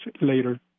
later